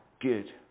good